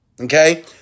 Okay